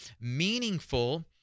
meaningful